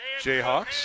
Jayhawks